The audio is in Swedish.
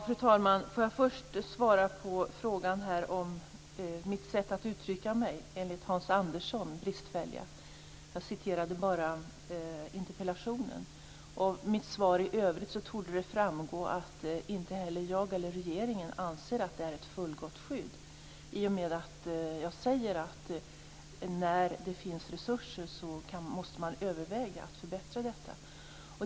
Fru talman! Låt mig först svara på frågan om mitt sätt att uttrycka mig. Jag sade: enligt Hans Andersson bristfälliga. Jag citerade bara interpellationen. Av mitt svar i övrigt torde de framgå att inte heller jag eller regeringen anser att det är ett fullgott skydd. Jag säger att när det finns resurser måste man överväga att förbättra detta.